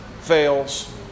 fails